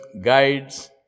guides